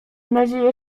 nadzieje